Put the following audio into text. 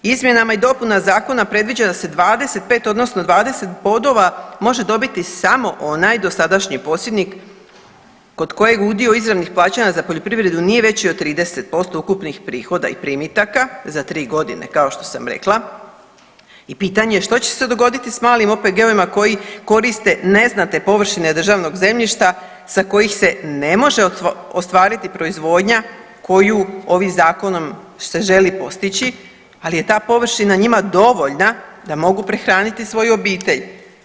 Izmjenama i dopunama zakona predviđa da se 25 odnosno 20 bodova može dobiti samo onaj dosadašnji posjednik kod kojeg udio izravnih plaćanja za poljoprivredu nije veći od 30% ukupnih prihoda i primitaka za 3 godine kao što sam rekla i pitanje što će se dogoditi s malim OPG-ovima koji koriste neznatne površine državnog zemljišta sa kojih se ne može ostvariti proizvodnja koju ovim zakonom se želi postići ali je ta površina njima dovoljna da mogu prehraniti svoju obitelj.